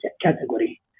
category